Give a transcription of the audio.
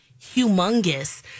humongous